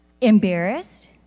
embarrassed